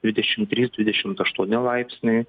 dvidešim trys dvidešimt aštuoni laipsniai